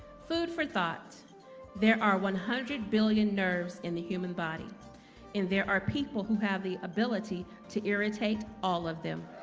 food for thought there are one hundred billion nerves in the human body and there are people who have the ability to irritate all of them